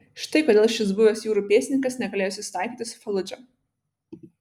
štai kodėl šis buvęs jūrų pėstininkas negalėjo susitaikyti su faludža